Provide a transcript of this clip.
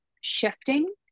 shifting